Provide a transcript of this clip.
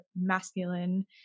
masculine